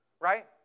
Right